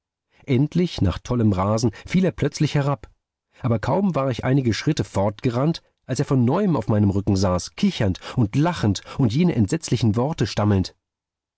endlich nach tollem rasen fiel er plötzlich herab aber kaum war ich einige schritte fortgerannt als er von neuem auf meinem rücken saß kichernd und lachend und jene entsetzliche worte stammelnd